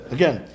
Again